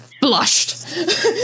blushed